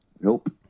Nope